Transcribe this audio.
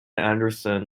anderson